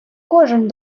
кожен